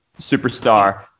superstar